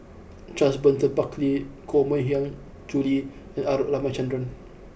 Charles Burton Buckley Koh Mui Hiang Julie and R Ramachandran